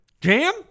Jam